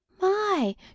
My